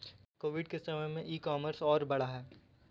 Covid के समय में ई कॉमर्स और बढ़ा है